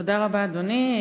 תודה רבה, אדוני.